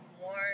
more